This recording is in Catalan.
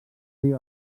riu